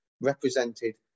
represented